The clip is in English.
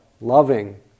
loving